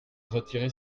retiré